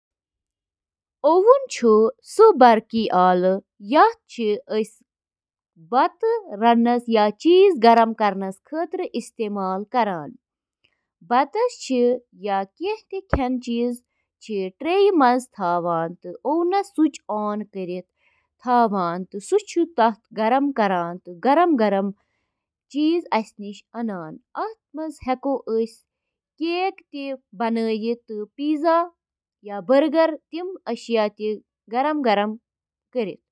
اکھ vacuum cleaner, یتھ صرف ویکیوم تہٕ ونان چِھ، چُھ اکھ یُتھ آلہ یُس قالینن تہٕ سخت فرشو پیٹھ گندگی تہٕ باقی ملبہٕ ہٹاونہٕ خاطرٕ سکشن تہٕ اکثر تحریک ہنٛد استعمال چُھ کران۔ ویکیوم کلینر، یِم گَرَن سۭتۍ سۭتۍ تجٲرتی ترتیبن منٛز تہِ استعمال چھِ یِوان کرنہٕ۔